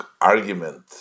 argument